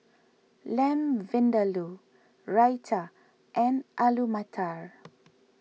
Lamb Vindaloo Raita and Alu Matar